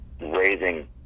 raising –